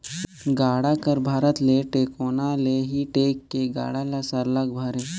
गाड़ा कर भरत ले टेकोना ले ही टेक के गाड़ा ल सरलग भरे